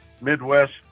Midwest